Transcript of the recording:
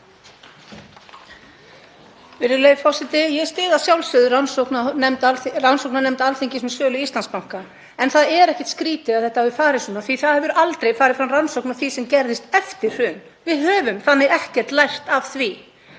Virðulegur forseti. Ég styð að sjálfsögðu rannsóknarnefnd Alþingis um sölu Íslandsbanka en það er ekkert skrýtið að þetta hafi farið svona því það hefur aldrei farið fram rannsókn á því sem gerðist eftir hrun. Við höfum ekkert lært af því.